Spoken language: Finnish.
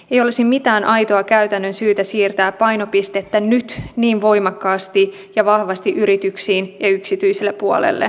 ei olisi mitään aitoa käytännön syytä siirtää painopistettä nyt niin voimakkaasti ja vahvasti yrityksiin ja yksityiselle puolelle